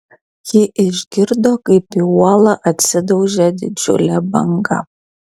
ji išgirdo kaip į uolą atsidaužė didžiulė banga